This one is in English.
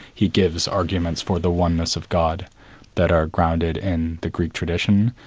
he gives arguments for the oneness of god that are grounded in the greek tradition,